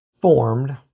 formed